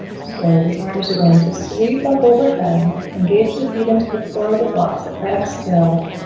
so the arms are going to sleep up overhead, engaged to feed into the floor of the blocks at back scale.